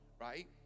right